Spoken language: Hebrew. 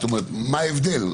זאת אומרת, מה ההבדל?